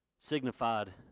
signified